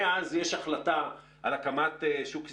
על הקמת שוק סיטונאי.